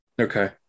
Okay